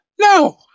No